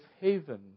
haven